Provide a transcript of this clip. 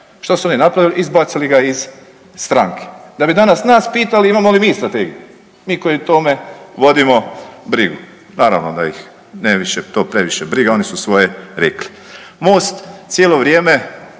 Što su oni napravili? Izbacili ga iz stranke, da bi danas nas pitali imamo li mi strategiju, mi koji o tome vodimo brigu. Naravno da ih nije to previše briga, oni su svoje rekli. MOST cijelo vrijeme